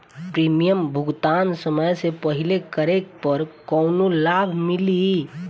Premium भुगतान समय से पहिले करे पर कौनो लाभ मिली?